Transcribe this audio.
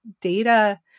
data